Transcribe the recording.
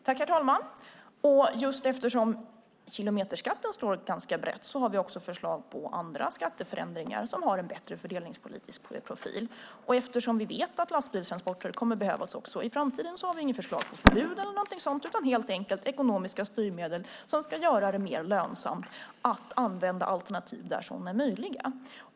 Herr talman! Eftersom kilometerskatten slår ganska brett har vi förslag även på andra skatteförändringar med en bättre fördelningspolitisk profil. Och eftersom vi vet att lastbilstransporter kommer att behövas också i framtiden har vi inget förslag på förbud eller något sådant, utan vi föreslår helt enkelt ekonomiska styrmedel som ska göra det mer lönsamt att använda alternativ där sådana är möjliga.